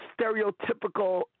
stereotypical